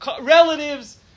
relatives